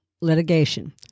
Litigation